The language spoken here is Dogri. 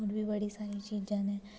होर बी बड़ी सारियां चीज़ां न